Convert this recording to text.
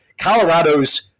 Colorado's